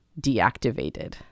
deactivated